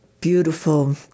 beautiful